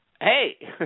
hey